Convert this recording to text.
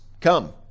come